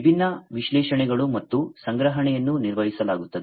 ವಿಭಿನ್ನ ವಿಶ್ಲೇಷಣೆಗಳು ಮತ್ತು ಸಂಗ್ರಹಣೆಯನ್ನು ನಿರ್ವಹಿಸಲಾಗುತ್ತದೆ